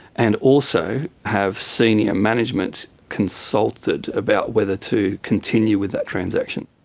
and also have senior management consulted about whether to continue with that transaction.